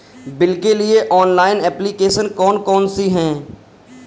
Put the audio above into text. Bill के लिए online application कौन कौन सी हैं?